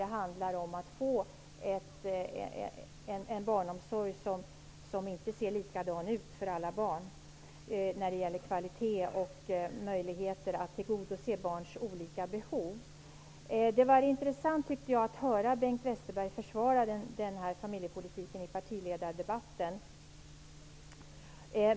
Den utvecklingen går mot en barnomsorg som inte ser likadan ut för alla barn när det gäller kvalitet och möjligheter att tillgodose barns olika behov. Jag tyckte att det var intressant att höra Bengt Westerberg försvara den här familjepolitiken i partiledardebatten.